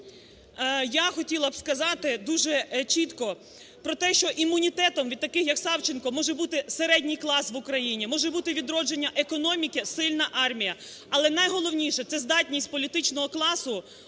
я хотіла б сказати дуже чітко про те, що імунітетом від таких як Савченко може бути середній клас в Україні, може бути відродження економіки, сильна армія. Але найголовніше це здатність політичного класу